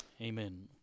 amen